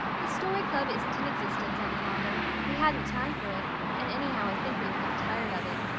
the story club isn't in existence any longer. we hadn't time for it and anyhow i think we had got tired of it.